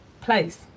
place